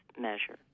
measure